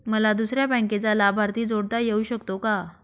मला दुसऱ्या बँकेचा लाभार्थी जोडता येऊ शकतो का?